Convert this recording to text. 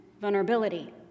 vulnerability